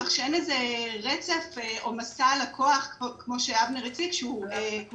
כך שאין איזה רצף כמו שאבנר הציג שהוא קוהרנטי.